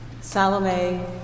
Salome